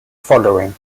following